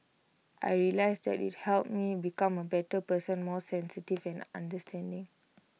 I realised that IT helped me become A better person more sensitive understanding